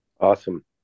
Awesome